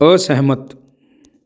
ਅਸਹਿਮਤ